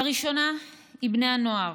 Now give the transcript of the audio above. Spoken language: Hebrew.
הראשונה היא בני הנוער,